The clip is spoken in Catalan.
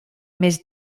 més